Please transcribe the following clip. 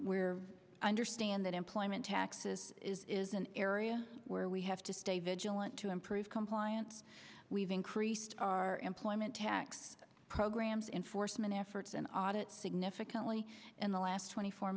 case understand that employment taxes is an area where we have to stay vigilant to improve compliance we've increased our employment tax programs enforcement efforts and audit significantly in the last twenty four